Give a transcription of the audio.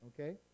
Okay